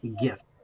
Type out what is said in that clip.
gift